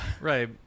Right